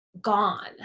gone